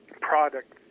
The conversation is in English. product